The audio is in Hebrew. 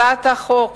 הצעת החוק